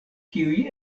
kiuj